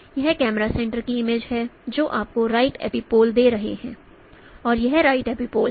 यह camera centre की image है जो आपको राइट एपिपोल दे रहे हैं और यह राइट एपिपोल है